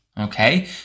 Okay